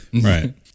Right